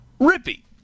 Rippy